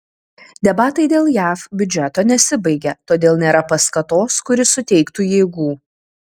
debatai dėl jav biudžeto nesibaigia todėl nėra paskatos kuri suteiktų jėgų